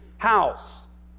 house